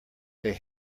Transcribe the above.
they